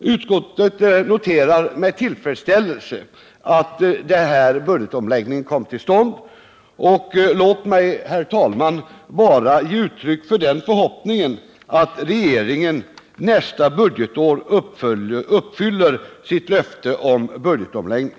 Utskottet noterar med tillfredsställelse att denna omläggning av budgeten kommer till stånd. Låt mig, herr talman, bara ge uttryck för den förhoppningen att regeringen nästa år uppfyller sitt löfte om budgetomläggning.